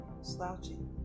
slouching